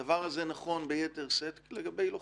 הדבר הזה נכון ביתר שאת לגבי לוחמים.